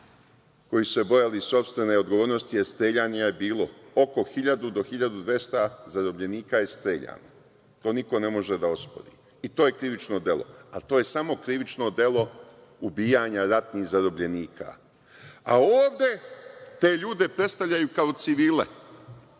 koji su se bojali sopstvene odgovornosti, jer streljanja je bilo. Oko 1.000 do 1.200 zarobljenika je streljano, to niko ne može da ospori. To je krivično delo, ali to je samo krivično delo ubijanja ratnih zarobljenika. Ovde te ljude predstavljaju kao civile